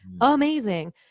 amazing